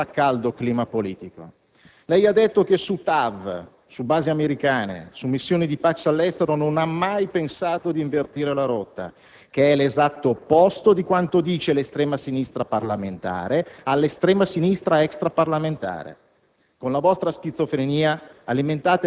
Come verrà sfogata questa delusione, nel già caldo clima politico? Lei ha detto che su TAV, su basi americane e su missioni di pace all'estero non ha mai pensato di invertire la rotta. Questo è l'esatto opposto di quanto dice l'estrema sinistra parlamentare all'estrema sinistra extraparlamentare.